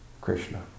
Krishna